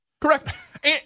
Correct